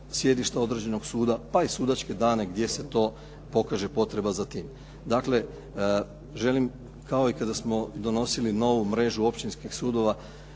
sjedišta određenog suda pa i sudačke dane gdje se to pokaže potreba za time. Dakle, želim, kao i kada smo donosili novu mrežu općinskih sudova